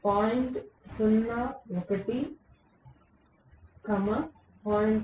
01 0